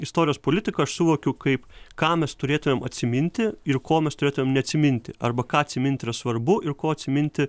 istorijos politiką aš suvokiau kaip ką mes turėtumėm atsiminti ir ko mes turėtumėm neatsiminti arba ką atsimint yra svarbu ir ko atsiminti